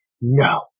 no